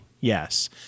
yes